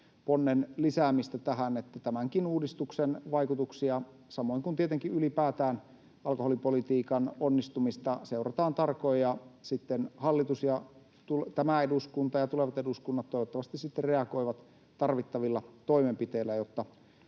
ponnen lisäämistä tähän, niin että tämänkin uudistuksen vaikutuksia — samoin kuin tietenkin ylipäätään alkoholipolitiikan onnistumista — seurataan tarkoin ja sitten hallitus ja tämä eduskunta ja tulevat eduskunnat toivottavasti reagoivat tarvittavilla toimenpiteillä, jotta